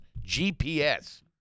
GPS